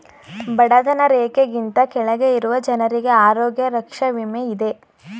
ಬಡತನ ರೇಖೆಗಿಂತ ಕೆಳಗೆ ಇರುವ ಜನರಿಗೆ ಆರೋಗ್ಯ ರಕ್ಷೆ ವಿಮೆ ಇದೆ